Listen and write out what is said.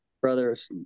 brother's